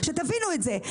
שתבינו את זה.